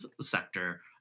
sector